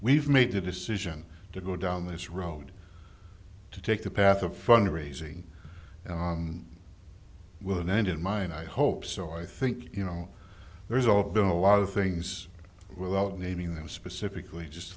we've made the decision to go down this road to take the path of fund raising with an end in mind i hope so i think you know there's also been a lot of things without naming them specifically just